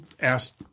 asked